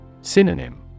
Synonym